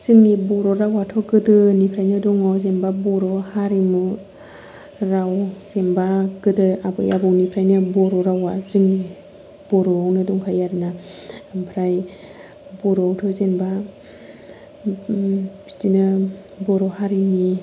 जोंनि बर' रावाथ' गोदोनिफ्रयनो दङ जेनेबा हारिमु राव जेनेबा गोदो आबै आबौनिफ्रयनो बर' रावा बर'आवनो दंखायो आरोना ओमफ्राय बर'आवथ' जेन'बा बिदिनो बर' हारिनि